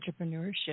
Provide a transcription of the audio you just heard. entrepreneurship